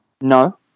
No